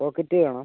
pocket വേണം